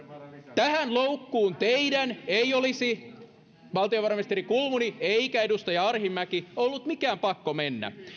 tähän loukkuun teidän valtiovarainministeri kulmuni ja edustaja arhinmäki ei olisi ollut mikään pakko mennä